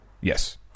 yes